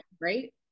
right